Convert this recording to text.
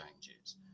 changes